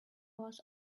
was